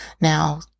Now